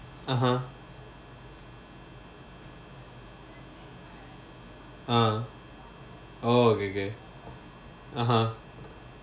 (uh huh) uh oh okay okay (uh huh)